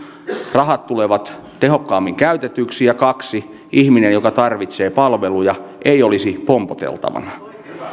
rahat tulevat tehokkaammin käytetyksi ja kaksi ihminen joka tarvitsee palveluja ei olisi pompoteltavana